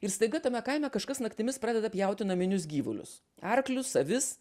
ir staiga tame kaime kažkas naktimis pradeda pjauti naminius gyvulius arklius avis